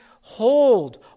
hold